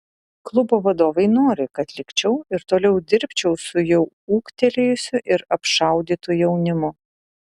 klubo vadovai nori kad likčiau ir toliau dirbčiau su jau ūgtelėjusiu ir apšaudytu jaunimu